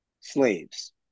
slaves